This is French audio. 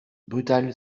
brutal